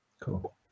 Cool